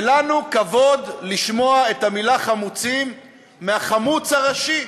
ולנו כבוד לשמוע את המילה חמוצים מהחמוץ הראשי.